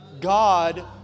God